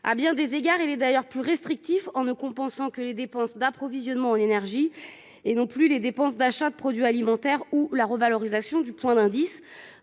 À bien des égards, le dispositif est même plus restrictif, en ne compensant que les dépenses d'approvisionnement en énergie, et non plus les dépenses d'achat de produits alimentaires ou la revalorisation du point d'indice